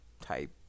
type